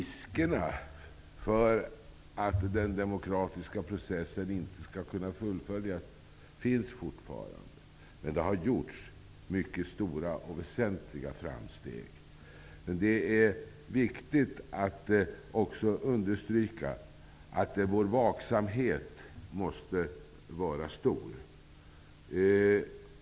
Riskerna för att den demokratiska processen inte skall kunna fullföljas finns fortfarande, men det har gjorts mycket stora och väsentliga framsteg. Det är viktigt att också understryka att vår vaksamhet måste vara stor.